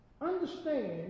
Understand